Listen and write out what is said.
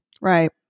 Right